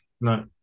No